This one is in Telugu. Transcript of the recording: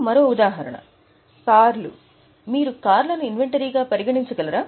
ఇప్పుడు మరో ఉదాహరణ కార్లు మీరు కార్లను ఇన్వెంటరీ గా పరిగణించగలరా